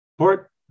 Port